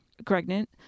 pregnant